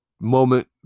moment